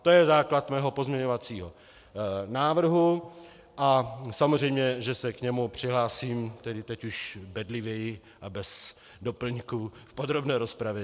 To je základ mého pozměňovacího návrhu a samozřejmě že se k němu přihlásím, teď už bedlivěji a bez doplňků, v podrobné rozpravě.